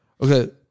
Okay